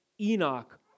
Enoch